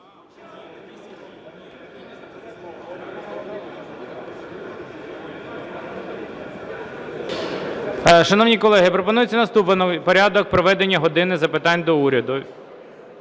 Шановні колеги, пропонується наступний порядок проведення "години запитань до Уряду".